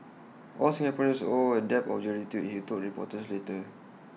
all Singaporeans owe A debt of gratitude he told reporters later